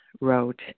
Wrote